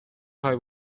خوای